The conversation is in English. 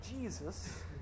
Jesus